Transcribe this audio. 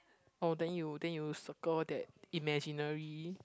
oh then you then you circle that imaginary